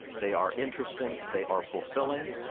they are interesting, they are fulfilling,